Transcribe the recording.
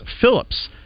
Phillips